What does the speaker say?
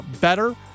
better